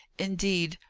indeed,